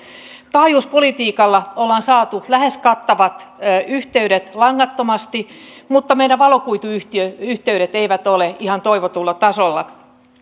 taajuuspolitiikalla ollaan saatu lähes kattavat yhteydet langattomasti mutta meidän valokuituyhteydet eivät ole ihan toivotulla tasolla